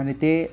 आणि ते